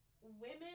women